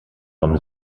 vom